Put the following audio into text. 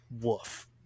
woof